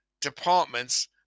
departments